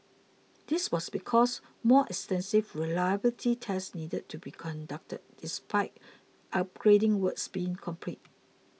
this was because more extensive reliability tests needed to be conducted despite upgrading works being complete